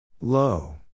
Low